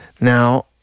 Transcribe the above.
Now